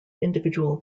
individual